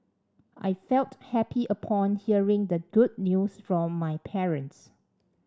I felt happy upon hearing the good news from my parents